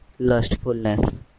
Lustfulness